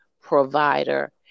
provider